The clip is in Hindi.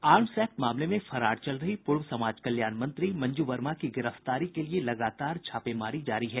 आर्म्स एक्ट मामले में फरार चल रही पूर्व समाज कल्याण मंत्री मंजू वर्मा की गिरफ्तारी के लिए लगातार छापेमारी जारी है